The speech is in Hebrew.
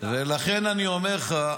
ולכן אני אומר לך,